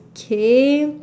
okay